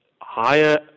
higher